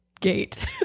gate